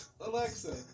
Alexa